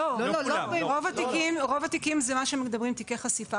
לא, רוב התיקים שמדברים עליהם זה תיקי חשיפה.